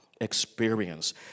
experience